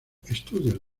estudios